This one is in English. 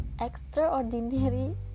extraordinary